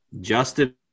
Justin